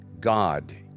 God